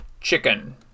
chicken